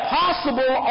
possible